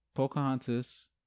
Pocahontas